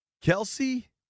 Kelsey